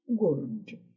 Good